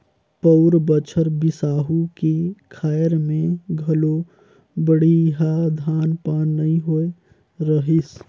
पउर बछर बिसाहू के खायर में घलो बड़िहा धान पान नइ होए रहीस